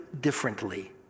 differently